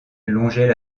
longeait